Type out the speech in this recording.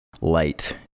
light